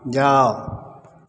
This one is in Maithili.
जाउ